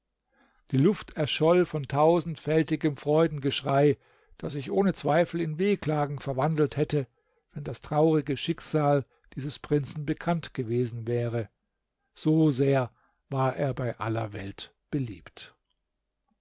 die luft erscholl von tausendfältigem freudengeschrei das sich ohne zweifel in wehklagen verwandelt hätte wenn das traurige schicksal dieses prinzen bekannt gewesen wäre so sehr war er bei aller welt beliebt